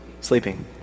Sleeping